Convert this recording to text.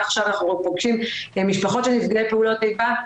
עכשיו אנחנו פוגשים משפחות של נפגעי פעולות איבה,